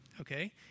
okay